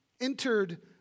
entered